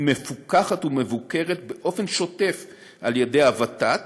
מפוקחת ומבוקרת באופן שוטף על-ידי הוות"ת,